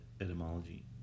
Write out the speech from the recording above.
Etymology